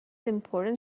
important